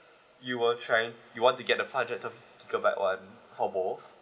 you were trying you want to get the five hundred te~ gigabyte one for both